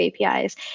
APIs